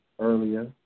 earlier